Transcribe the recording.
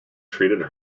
treated